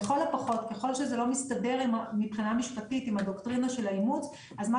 ככל שזה לא מסתדר מבחינה משפטית עם הדוקטרינה של האימוץ אז מה